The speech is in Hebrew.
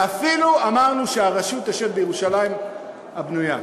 ואפילו אמרנו שהרשות תשב בירושלים הבנויה.